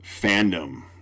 fandom